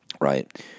Right